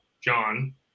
John